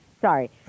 Sorry